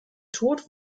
tod